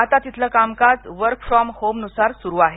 आता तिथलं कामकाज वर्क फ्रॉम होम नुसार सुरु आहे